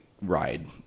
ride